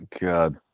God